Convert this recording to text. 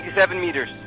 yeah seven metres.